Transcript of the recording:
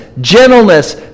gentleness